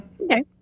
Okay